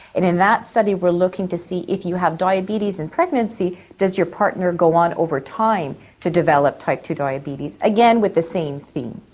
in in that study we are looking to see if you have diabetes in pregnancy, does your partner go on over time to develop type ii diabetes, again with the same theme.